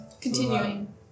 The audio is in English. Continuing